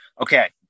Okay